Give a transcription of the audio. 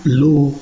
low